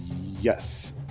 yes